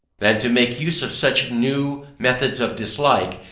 than to make use of such new methods of dislike,